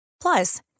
Plus